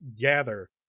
gather